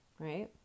right